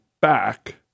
back